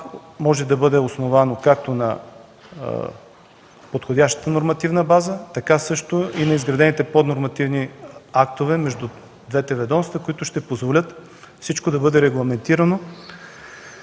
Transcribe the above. може да бъде основано както на подходящата нормативна база, така също и на изградените поднормативни актове между двете ведомства, които ще позволят всичко да бъде регламентирано